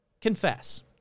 confess